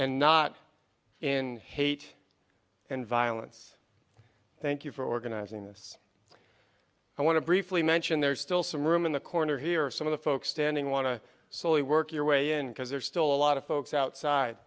and not in hate and violence thank you for organizing this i want to briefly mention there's still some room in the corner here some of the folks standing want to slowly work your way in because there's still a lot of folks outside